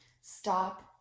Stop